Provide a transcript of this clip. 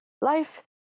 Life